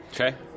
Okay